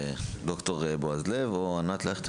ד"ר בועז לב או ענת לייכטר,